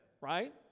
Right